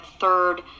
third